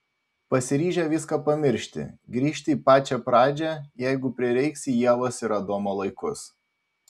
pasiryžę viską pamiršti grįžti į pačią pradžią jeigu prireiks į ievos ir adomo laikus